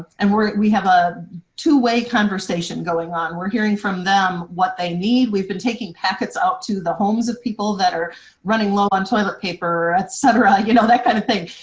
and we have a two-way conversation going on. we're hearing from them what they need. we've been taking packets out to the homes of people that are running low on toilet paper, et cetera, you know, that kind of thing.